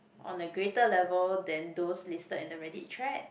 on the greater level than those listed in the Reddit thread